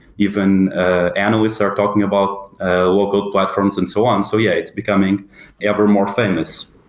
even analysts are talking about local platforms and so on. so yeah, it's becoming ever more famous.